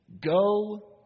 Go